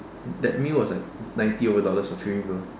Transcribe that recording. that meal was like ninety over dollars for three people